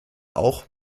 auch